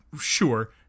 sure